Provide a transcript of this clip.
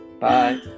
Bye